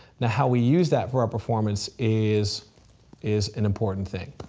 now how we use that for our performance is is an important thing.